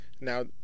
Now